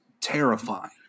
terrifying